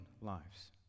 lives